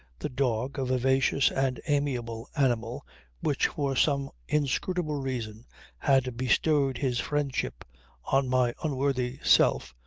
the dog, a vivacious and amiable animal which for some inscrutable reason had bestowed his friendship on my unworthy self,